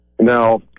Now